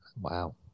Wow